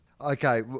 Okay